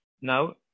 Now